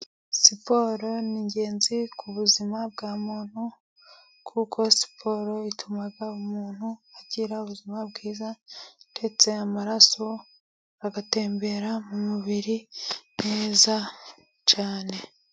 Siporo ni ingenzi ku buzima bwa muntu, kuko siporo ituma umuntu agira ubuzima bwiza, ndetse amaraso agatembera mu mubiri neza cyane.